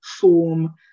form